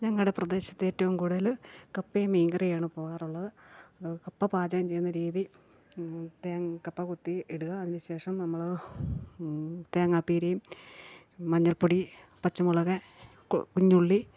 ഞങ്ങളുടെ പ്രദേശത്ത് ഏറ്റോം കൂടുതൽ കപ്പേം മീൻ കറിയാണ് പോകാറുള്ളത് കപ്പ പാചകം ചെയ്യുന്ന രീതി കപ്പ കൊത്തി ഇടുക അതിന് ശേഷം നമ്മൾ തേങ്ങാപ്പീരയും മഞ്ഞൾപ്പൊടി പച്ചമുളക് കുഞ്ഞുള്ളി